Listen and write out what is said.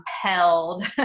compelled